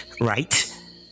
right